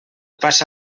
passa